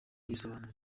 abisobanura